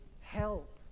help